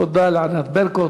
תודה לענת ברקו,